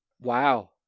Wow